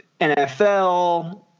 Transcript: NFL